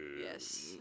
Yes